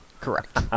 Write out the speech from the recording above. Correct